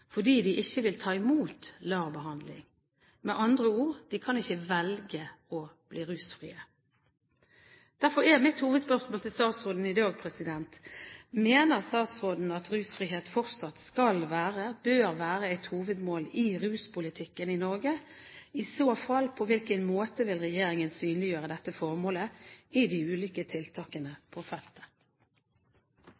fordi de ikke vil ta imot LAR-behandling. Med andre ord: De kan ikke velge å bli rusfrie. Derfor er mitt hovedspørsmål til statsråden i dag: Mener statsråden at rusfrihet fortsatt skal være/bør være et hovedmål i ruspolitikken I Norge? I så fall: På hvilken måte vil regjeringen synliggjøre dette formålet i de ulike tiltakene